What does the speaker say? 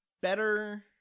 better